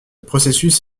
processus